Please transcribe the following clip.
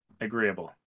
agreeable